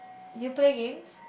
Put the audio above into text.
you play games